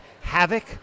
havoc